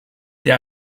der